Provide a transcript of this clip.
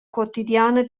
quotidiana